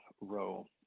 row